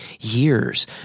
years